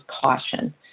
caution